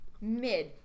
Mid